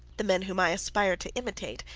the men whom i aspire to imitate,